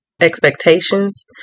expectations